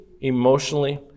emotionally